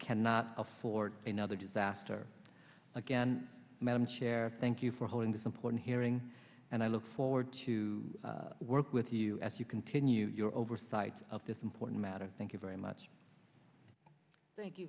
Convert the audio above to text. cannot afford another disaster again madam chair thank you for holding this important hearing and i look forward to work with you as you continue your oversight of this important matter thank you very much thank you